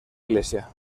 iglesia